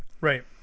Right